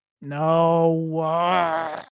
No